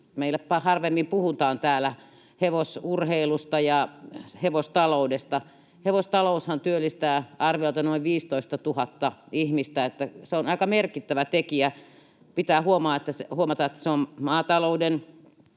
Meillä harvemmin puhutaan täällä hevosurheilusta ja hevostaloudesta. Hevostaloushan työllistää arviolta noin 15 000 ihmistä, niin että se on aika merkittävä tekijä. Pitää huomata, että se on maatalouden